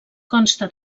consta